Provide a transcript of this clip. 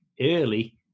early